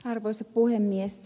arvoisa puhemies